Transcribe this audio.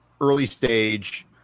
early-stage